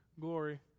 glory